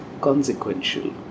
consequential